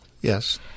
Yes